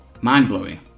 mind-blowing